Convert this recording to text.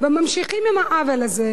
וממשיכים עם העוול הזה,